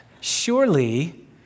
Surely